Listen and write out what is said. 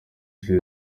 ishize